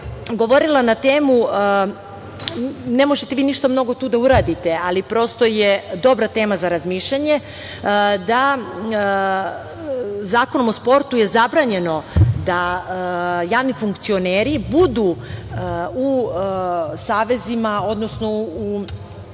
govorila na temu, ne možete vi ništa mnogo tu da uradite, ali prosto je dobra tema za razmišljanje, da Zakonom o sportu je zabranjeno da javni funkcioneri budu u savezima, odnosno u